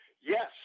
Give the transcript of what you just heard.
Yes